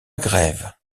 grève